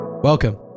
Welcome